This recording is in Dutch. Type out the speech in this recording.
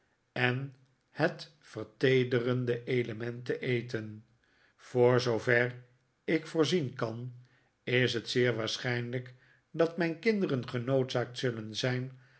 en het verterende element te eten voor zoover ik voorziert kan is het zeer waarschijnlijk dat mijn kinderen genoodzaakt zullen zijn